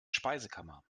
speisekammer